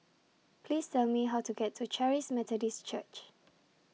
Please Tell Me How to get to Charis Methodist Church